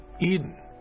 Eden